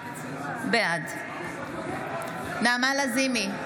בעד נעמה לזימי,